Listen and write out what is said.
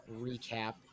recap